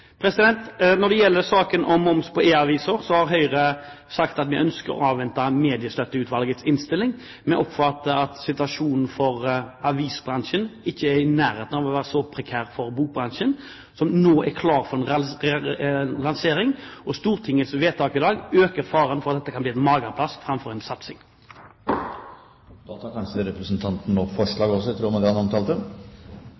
Når det gjelder saken om moms på e-aviser, har Høyre sagt at vi ønsker å avvente Mediestøtteutvalgets innstilling. Vi oppfatter at situasjonen for avisbransjen ikke er i nærheten av å være så prekær som for bokbransjen, som nå er klar for lansering, og Stortingets vedtak i dag øker faren for at dette kan bli et mageplask framfor en satsing. Da tar kanskje representanten opp